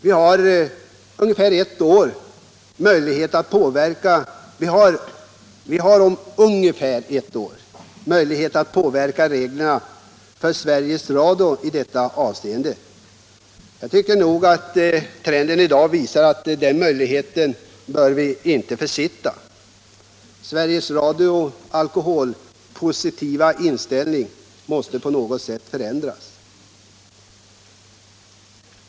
Vi har om ungefär ett år möjlighet att påverka reglerna för Sveriges Radio i detta avseende. Den möjligheten får vi inte försitta — det visar trenden i dag. Sveriges Radios alkoholpositiva inställning måste förändras.